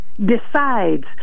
decides